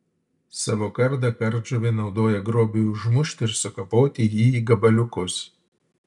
savo kardą kardžuvė naudoja grobiui užmušti ir sukapoti jį į gabaliukus